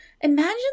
imagine